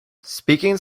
speaking